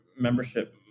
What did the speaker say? membership